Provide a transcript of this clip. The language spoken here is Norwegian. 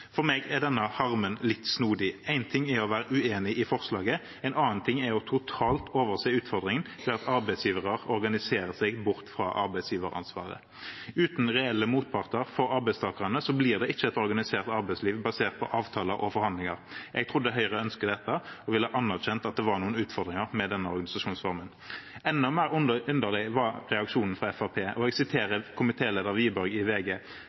For meg er denne harmen litt snodig. Én ting er å være uenig i forslaget; en annen ting er totalt å overse utfordringen med at arbeidsgivere organiserer seg bort fra arbeidsgiveransvaret. Uten reelle motparter for arbeidstakerne blir det ikke et organisert arbeidsliv, basert på avtaler og forhandlinger. Jeg trodde Høyre ønsket seg dette og ville erkjent at det er noen utfordringer med denne organisasjonsformen. Enda mer underlig var reaksjonen fra Fremskrittspartiet, og jeg vil sitere komitéleder Wiborg fra VG: